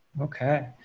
Okay